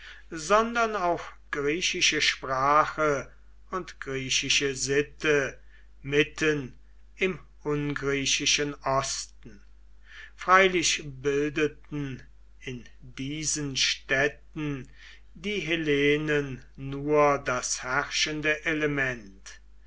sondern auch griechische sprache und griechische sitte mitten im ungriechischen osten freilich bildeten in diesen städten die hellenen nur das herrschende element